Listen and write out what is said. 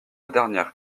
dernière